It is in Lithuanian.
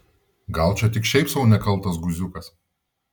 gal čia tik šiaip sau nekaltas guziukas